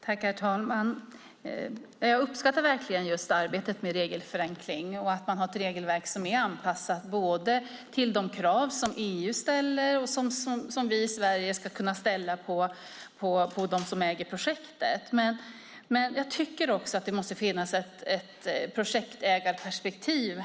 Herr talman! Jag uppskattar verkligen arbetet med regelförenkling och att man har ett regelverk som är anpassat till de krav som EU ställer och som vi i Sverige ska kunna ställa på dem som äger projektet. Samtidigt tycker jag att det även måste finnas ett projektägarperspektiv.